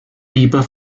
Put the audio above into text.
lieber